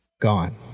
gone